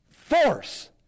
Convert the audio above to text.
force